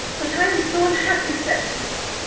but i am so unhappy, septimus.